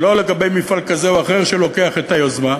ולא לגבי מפעל כזה או אחר שלוקח את היוזמה.